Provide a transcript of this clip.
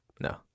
No